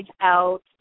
out